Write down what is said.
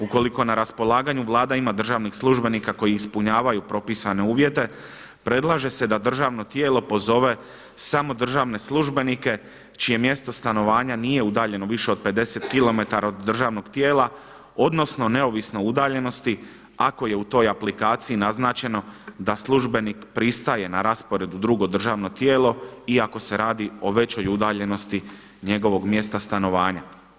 Ukoliko na raspolaganju Vlada ima državnih službenika koji ispunjavaju propisane uvjete predlaže se da državno tijelo pozove samo državne službenike čije mjesto stanovanja nije udaljeno više od 50 km od državnog tijela, odnosno neovisno o udaljenosti ako je u toj aplikaciji naznačeno da službenik pristaje na raspored u drugo državno tijelo i ako se radi o većoj udaljenosti njegovog mjesta stanovanja.